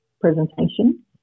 presentation